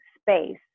space